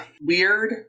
weird